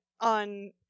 on